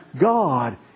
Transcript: God